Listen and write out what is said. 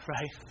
Right